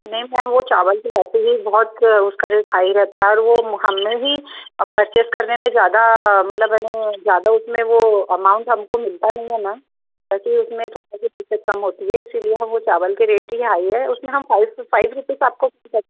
नहीं मैम वह चावल ऐसे ही बहुत उसका रेट हाई रहता है और वह हमनें भी परचेज करने में ज़्यादा मतलब यानि ज़्यादा उसमें वह अमाउंट हमको मिलता नहीं है मैम ऐसे उसमें थोड़ा कम होती है इसीलिए हम वह चावल के रेट ही हाई है उसमें हम फाइव रुपीज़ से आपको